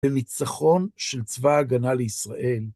וניצחון של צבא ההגנה לישראל.